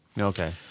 Okay